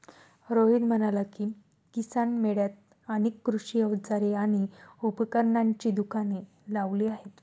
रोहित म्हणाला की, किसान मेळ्यात अनेक कृषी अवजारे आणि उपकरणांची दुकाने लावली आहेत